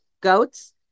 goats